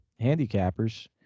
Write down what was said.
handicappers